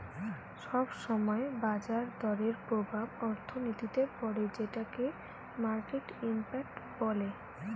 সব সময় বাজার দরের প্রভাব অর্থনীতিতে পড়ে যেটোকে মার্কেট ইমপ্যাক্ট বলে